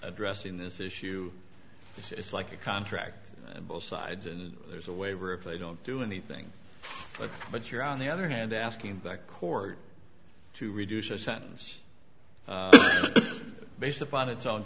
addressing this issue it's like a contract both sides and there's a waiver if they don't do anything but but you're on the other hand asking that court to reduce their sentence based upon its own